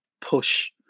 push